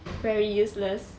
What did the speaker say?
very useless